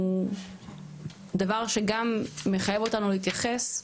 הוא דבר שגם מחייב אותנו להתייחס,